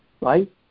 Right